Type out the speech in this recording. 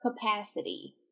capacity